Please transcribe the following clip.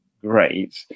great